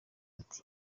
ati